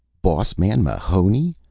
boss man mahoney?